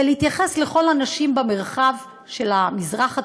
צריך להתייחס לכל הנשים במרחב של המזרח התיכון,